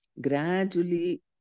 gradually